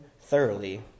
thoroughly